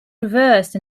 reversed